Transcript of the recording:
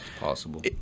possible